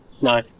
No